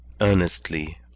Earnestly